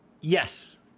Yes